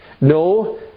No